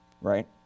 right